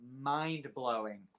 mind-blowing